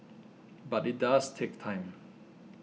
but it does take time